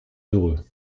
heureux